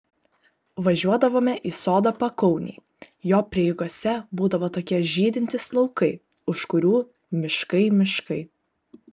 važiuodavome į sodą pakaunėj jo prieigose būdavo tokie žydintys laukai už kurių miškai miškai